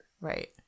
Right